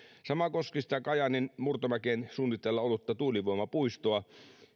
sama koski sitä kajaanin murtomäkeen suunnitteilla ollutta tuulivoimapuistoa